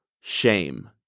shame